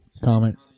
comment